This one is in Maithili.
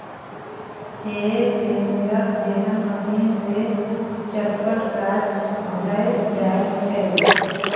हे टेडर जेहन मशीन सँ चटपट काज भए जाइत छै